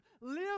Live